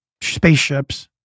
spaceships